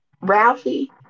Ralphie